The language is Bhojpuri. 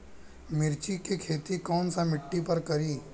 मिर्ची के खेती कौन सा मिट्टी पर करी?